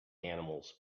animals